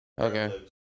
Okay